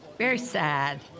very sad.